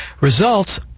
results